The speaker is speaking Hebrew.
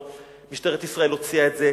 משטרת ישראל הוציאה את זה,